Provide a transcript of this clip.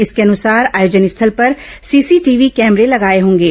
इसके अनुसार आयोजन स्थल पर सीसीटीवी कैमरे लगाए होंगे